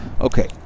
Okay